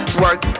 work